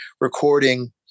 recording